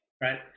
right